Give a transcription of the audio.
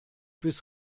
bis